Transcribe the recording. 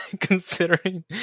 considering